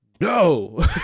no